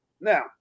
Now